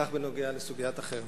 כך בנוגע לסוגיית החרם.